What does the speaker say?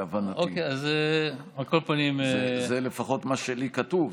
לפחות זה מה שכתוב לי.